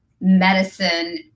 medicine